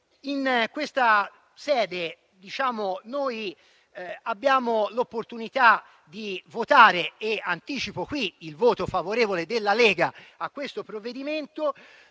In questa sede noi abbiamo l'opportunità di votare - e anticipo qui il voto favorevole della Lega su questo provvedimento